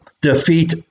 defeat